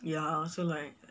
ya I also like